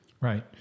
Right